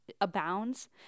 abounds